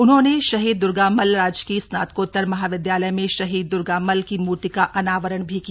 उन्होंने शहीद दुर्गामल्ल राजकीय स्नातकोत्तर महाविद्यालय में शहीद दुर्गामल्ल की मूर्ति का अनावरण भी किया